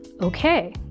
Okay